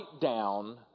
down